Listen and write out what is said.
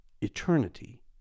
eternity